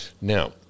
now